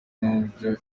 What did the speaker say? n’ibyo